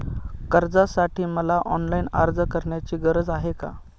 कर्जासाठी मला ऑनलाईन अर्ज करण्याची गरज आहे का?